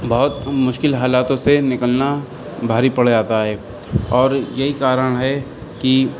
بہت مشکل حالاتوں سے نکلنا بھاری پڑ جاتا ہے اور یہی کارن ہے کہ